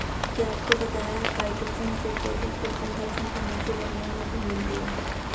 क्या आपको पता है काइटोसन से पौधों को फंगल संक्रमण से लड़ने में मदद मिलती है?